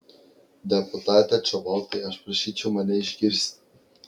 deputate čobotai aš prašyčiau mane išgirsti